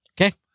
Okay